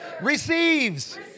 receives